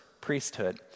priesthood